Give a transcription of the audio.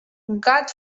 god